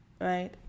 right